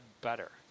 Better